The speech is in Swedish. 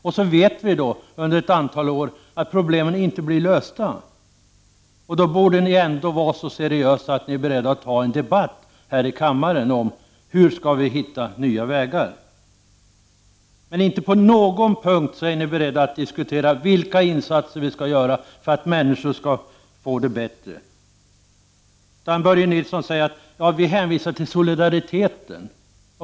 Vi vet efter ett antal år att problemen inte blir lösta, och då borde ni vara så seriösa att ni var beredda att ta en debatt här i kammaren om hur vi skall hitta nya vägar. Men inte på någon punkt är ni beredda att diskutera vilka insatser vi skall göra för att människor skall få det bättre. Börje Nilsson hänvisar till solidariteten.